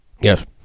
Yes